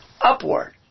upward